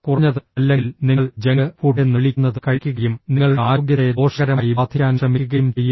കുറഞ്ഞത് അല്ലെങ്കിൽ നിങ്ങൾ ജങ്ക് ഫുഡ് എന്ന് വിളിക്കുന്നത് കഴിക്കുകയും നിങ്ങളുടെ ആരോഗ്യത്തെ ദോഷകരമായി ബാധിക്കാൻ ശ്രമിക്കുകയും ചെയ്യുന്നു